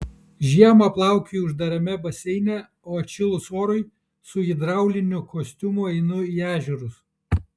žiemą plaukioju uždarame baseine o atšilus orui su hidrauliniu kostiumu einu į ežerus